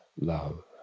love